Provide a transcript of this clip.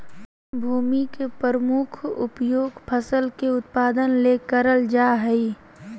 भूमि के प्रमुख उपयोग फसल के उत्पादन ले करल जा हइ